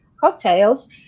cocktails